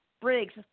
Briggs